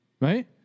Right